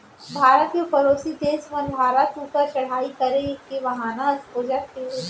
भारत के परोसी देस मन भारत ऊपर चढ़ाई करे के बहाना खोजत रथें